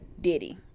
Diddy